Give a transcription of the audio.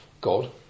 God